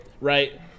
right